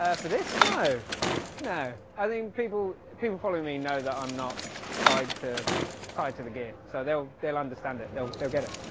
ah for this no no, i think people people follow me know that i'm not tied to tied to the game. so they'll they'll understand it. they'll get it